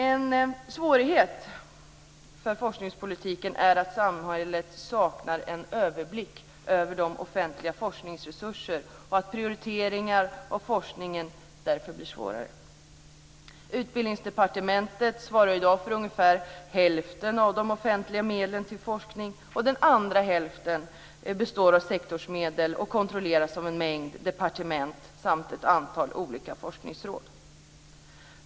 En svårighet för forskningspolitiken är att samhället saknar överblick över de offentliga forskningsresurserna och att prioritering av forskning därför blir svårare. Utbildningsdepartementet svarar i dag för ungefär hälften av de offentliga medlen till forskning. Den andra hälften består av sektorsmedel och kontrolleras av en mängd departement samt ett antal olika forskningsråd.